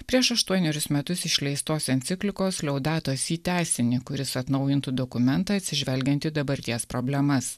prieš aštuonerius metus išleistos enciklikos įteisini kuris atnaujintų dokumentą atsižvelgiant į dabarties problemas